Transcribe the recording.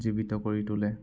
জীৱিত কৰি তোলে